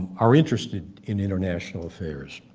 are interested in international affairs,